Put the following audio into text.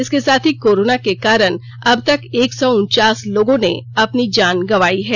इसके साथ ही कोरोना के कारण अब तक एक सौ उनचास लोगों ने अपनी जान गंवाई है